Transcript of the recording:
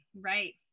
right